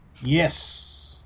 Yes